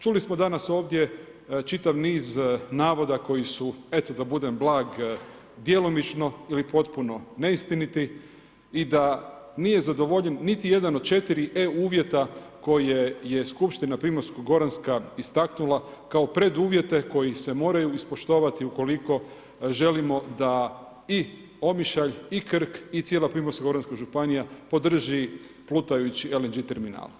Čuli smo danas ovdje čitav niz navoda koji su, eto da budem blag, djelomično ili potpuno neistiniti i da nije zadovoljen niti jedan od 4 e uvjeta koje je skupština primorsko-goranska istaknula kao preduvjete koji se moraju ispoštovati ukoliko želimo da i Omišalj i Krk i cijela primorsko-goranska županija podrži plutajući LNG terminal.